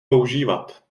používat